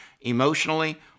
emotionally